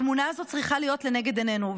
התמונה הזאת צריכה להיות לנגד עינינו.